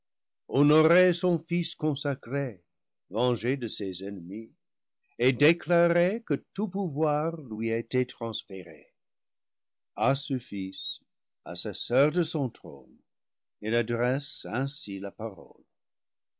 honorer son fils consacré vengé de ses enne mis et déclarer que tout pouvoir lui était transféré a ce fils assesseur de son trône il adresse ainsi la parole